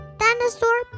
dinosaur